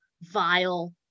vile